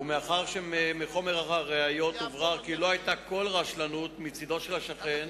ומאחר שמחומר הראיות הוברר כי לא היתה כל רשלנות מצדו של השכן,